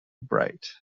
bright